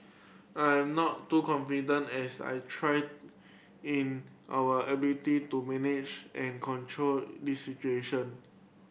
I am not too confident as I trust in our ability to manage and control this situation